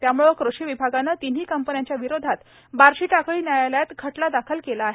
त्याम्ळे कृषी विभागाने तीनही कंपन्यांच्या विरोधात बार्शीटाकळी न्यायालयात खटला दाखल केला आहे